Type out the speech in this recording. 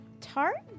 tart